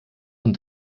von